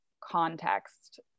context